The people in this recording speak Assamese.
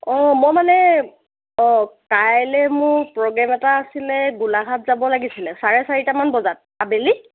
অঁ মই মানে অঁ কাইলৈ মোৰ প্ৰগ্ৰেম এটা আছিলে গোলাঘাট যাব লাগিছিলে চাৰে চাৰিটামান বজাত আবেলি